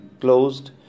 closed